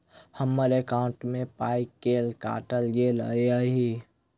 हम्मर एकॉउन्ट मे पाई केल काटल गेल एहि